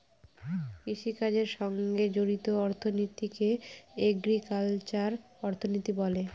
কৃষিকাজের সঙ্গে জড়িত অর্থনীতিকে এগ্রিকালচারাল অর্থনীতি বলে